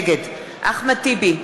נגד אחמד טיבי,